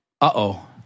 uh-oh